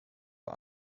vor